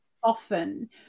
soften